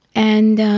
and